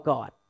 God